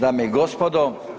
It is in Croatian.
dame i gospodo.